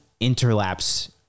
interlapse